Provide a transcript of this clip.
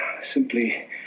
simply